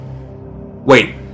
Wait